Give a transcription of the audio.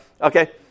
Okay